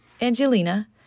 Angelina